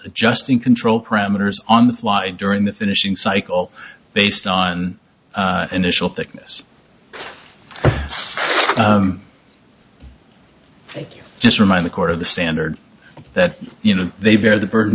adjusting control parameters on the fly during the finishing cycle based on initial thickness just remind the court of the standard that you know they bear the burden